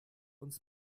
uns